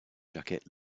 jacket